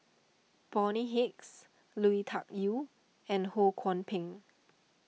Bonny Hicks Lui Tuck Yew and Ho Kwon Ping